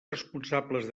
responsables